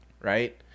right